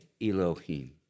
Elohim